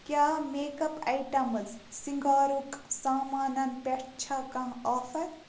کیٛاہ makeup items سِنٛگارُک سامانن پٮ۪ٹھ چھا کانٛہہ آفر